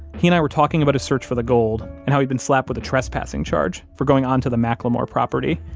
he and i were talking about a search for the gold and how he'd been slapped with trespassing charge for going onto the mclemore property.